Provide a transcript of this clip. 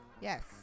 Yes